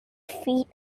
feet